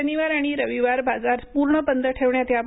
शनिवार आणि रविवार बाजार पूर्ण बंद ठेवण्यात यावा